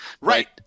Right